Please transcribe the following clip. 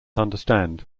understand